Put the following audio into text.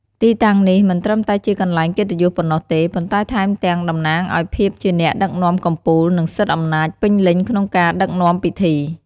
ទីតាំងនេះមិនត្រឹមតែជាកន្លែងកិត្តិយសប៉ុណ្ណោះទេ ប៉ុន្តែថែមទាំងតំណាងឲ្យភាពជាអ្នកដឹកនាំកំពូល និងសិទ្ធិអំណាចពេញលេញក្នុងការដឹកនាំពិធី។